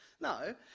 No